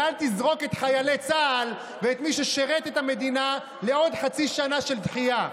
ואל תזרוק את חיילי צה"ל ואת מי ששירת את המדינה בעוד חצי שנה של דחייה.